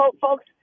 folks